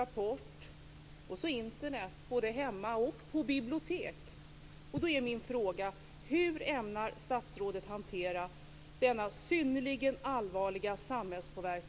Rapport, och så Internet både hemma och på bibliotek.